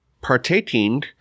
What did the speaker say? partaking